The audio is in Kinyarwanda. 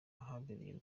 ahabereye